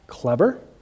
Clever